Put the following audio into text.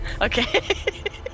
Okay